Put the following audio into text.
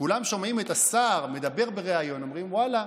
כולם שומעים את השר מדבר בריאיון ואומרים: ואללה,